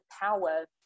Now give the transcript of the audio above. power